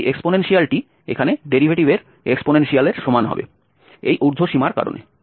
তাই এক্সপোনেনশিয়ালটি এখানে ডেরিভেটিভের এক্সপোনেনশিয়ালের সমান হবে এই ঊর্ধ্ব সীমার কারণে